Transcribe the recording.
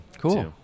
Cool